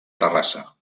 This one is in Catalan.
terrassa